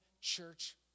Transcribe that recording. church